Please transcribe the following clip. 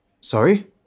Sorry